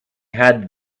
had